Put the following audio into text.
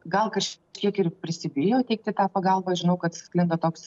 gal kažkiek ir prisibijo teikti tą pagalbą žinau kad sklinda toks